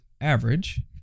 average